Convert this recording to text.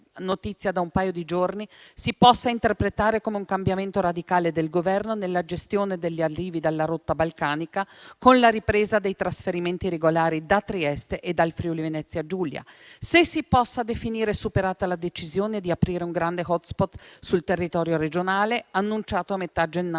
notizia da un paio di giorni, si possa interpretare come un cambiamento radicale del Governo nella gestione degli arrivi dalla rotta balcanica, con la ripresa dei trasferimenti regolari da Trieste e dal Friuli-Venezia Giulia; se si possa definire superata la decisione di aprire un grande *hotspot* sul territorio regionale, annunciato a metà gennaio